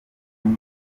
undi